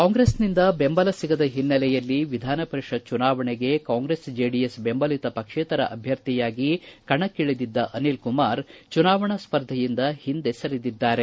ಕಾಂಗ್ರೆಸ್ನಿಂದ ಬೆಂಬಲ ಸಿಗದ ಹಿನ್ನಲೆಯಲ್ಲಿ ವಿಧಾನ ಪರಿಷತ್ ಚುನಾವಣೆಗೆ ಕಾಂಗ್ರೆಸ್ ಜೆಡಿಎಸ್ ಬೆಂಬಲಿತ ಪಕ್ಷೇತರ ಅಭ್ವರ್ಥಿಯಾಗಿ ಕಣಕ್ಕಿಳಿದಿದ್ದ ಅನಿಲ್ ಕುಮಾರ್ ಚುನಾವಣಾ ಸ್ಪರ್ಧೆಯಿಂದ ಹಿಂದೆ ಸರಿದಿದ್ದಾರೆ